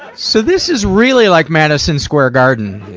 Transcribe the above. so this is really like madison square garden. it,